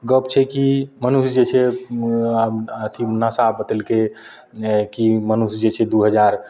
गप छै कि मनुष्य जे छै ओ अथी नासा बतेलकय हँ कि मनुष्य जे छै से दू हजार